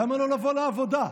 למה לא לבוא לעבודה?